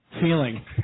feeling